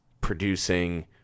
producing